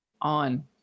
on